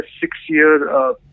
six-year